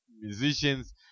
musicians